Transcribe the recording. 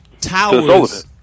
towers